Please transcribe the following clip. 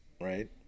right